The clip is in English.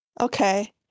Okay